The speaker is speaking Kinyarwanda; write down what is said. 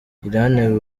iran